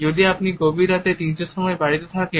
যদি আপনি গভীর রাতে তিনটের সময় বাড়িতে থাকেন